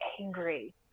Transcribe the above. angry